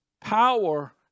power